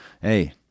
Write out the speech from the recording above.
Hey